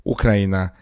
Ukraina